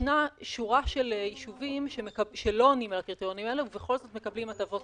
ישנם יישובים שלא עונים על הקריטריונים האלה ובכל זאת מקבלים הטבות